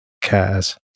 cares